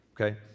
okay